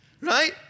right